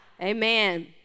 Amen